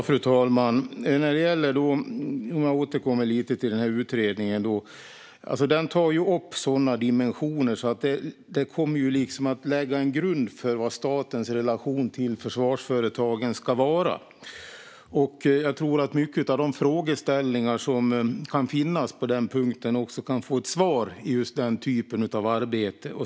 Fru talman! Låt mig återkomma till detta med utredningen. Den tar upp sådana dimensioner att den kommer att lägga en grund för hur statens relation till försvarsföretagen ska se ut. Jag tror att många av de frågeställningar som kan finnas på den punkten också kan få ett svar i den typen av arbete.